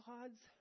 God's